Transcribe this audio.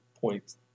point